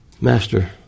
Master